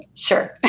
sure